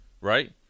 right